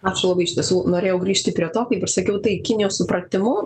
aš labai iš tiesų norėjau grįžti prie to kaip ir sakiau tai kinijos supratimu